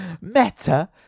Meta